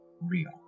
real